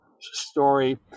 story